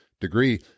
degree